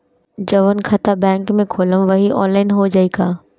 जवन खाता बैंक में खोलम वही आनलाइन हो जाई का?